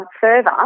further